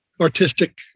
artistic